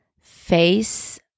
face